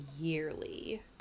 yearly